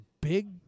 big